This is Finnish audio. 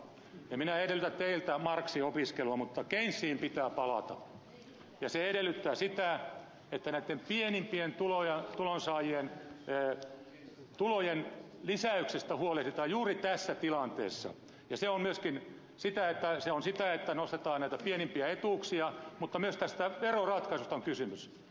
en minä edellytä teiltä marxin opiskelua mutta keynesiin pitää palata ja se edellyttää sitä että näitten pienimpien tulojen saajien tulojen lisäyksestä huolehditaan juuri tässä tilanteessa ja se on myöskin sitä että nostetaan näitä pienimpiä etuuksia mutta myös tästä veroratkaisusta on kysymys